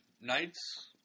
nights